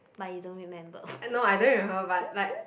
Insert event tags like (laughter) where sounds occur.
but you don't remember (laughs)